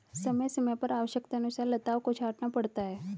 समय समय पर आवश्यकतानुसार लताओं को छांटना पड़ता है